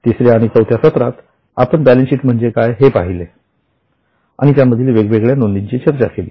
तिसऱ्या आणि चौथ्या सत्रात आपण बॅलन्स शीट म्हणजे काय हे पाहिले आणि त्या मधील वेगवेगळ्या नोंदींची चर्चा केली